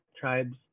tribes